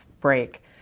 break